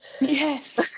yes